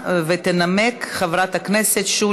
חבר הכנסת דב חנין,